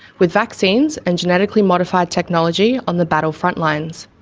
with vaccines and genetically modified technology on the battle front lines.